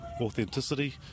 authenticity